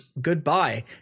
Goodbye